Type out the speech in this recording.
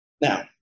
Now